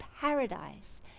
paradise